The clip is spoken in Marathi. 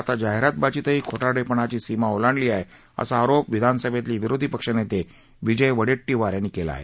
आता जाहिरातबाजीतही खोटारडेपणाची सीमा ओलांडली आहे असा आरोप विधानसभेतले विरोधी पक्षनेते विजय वडेटटीवार यांनी केला आहे